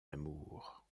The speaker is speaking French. amour